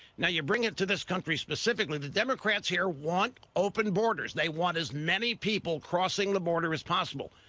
now you bring it to this country specifically. the democrats here want open borders. they want as many people crossing the border as possible.